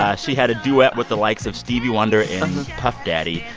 ah she had a duet with the likes of stevie wonder and puff daddy.